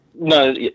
No